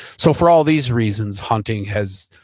so for all these reasons, hunting has,